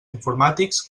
informàtics